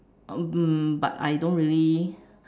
but I don't really